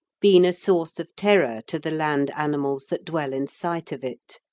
been a source of terror to the land animals that dwell in sight of it.